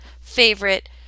favorite